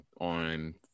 on